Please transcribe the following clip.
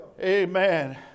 amen